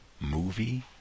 movie